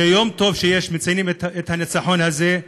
זה טוב שמציינים את יום הניצחון הזה.